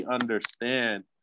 understand